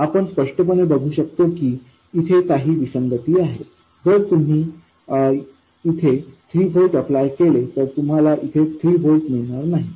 आपण स्पष्टपणे बघू शकतो की इथे काही विसंगती आहे जर तुम्ही येथे 3 व्होल्ट्स अप्लाय केले तर तुम्हाला येथे 3 व्होल्ट मिळणार नाहीत